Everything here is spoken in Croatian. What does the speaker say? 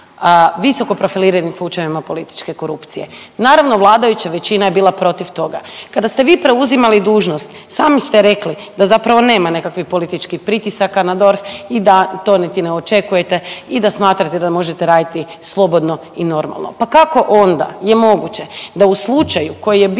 visokoprofiliranim slučajevima političke korupcije. Naravno, vladajuća većina je bila protiv toga. Kada ste vi preuzimali dužnost, sami ste rekli da zapravo nema nekakvih političkih pritisaka na DORH i da to niti ne očekujete i da smatrate da možete raditi slobodno i normalno. Pa kako onda je moguće da u slučaju koji je bio